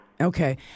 Okay